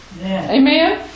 Amen